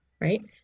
right